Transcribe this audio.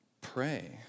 pray